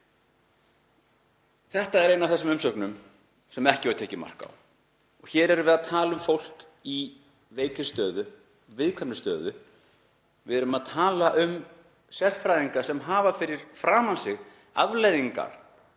Þetta er ein af þessum umsögnum sem ekki var tekið mark á. Hér erum við að tala um fólk í veikri stöðu, viðkvæmri stöðu. Við erum að tala um sérfræðinga sem hafa fyrir framan sig afleiðingarnar